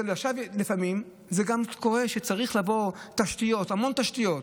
לפעמים גם קורה שצריך תשתיות, המון תשתיות.